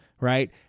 right